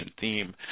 theme